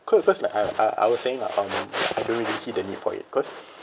cause like I I I was saying lah um I don't really see the need for it cause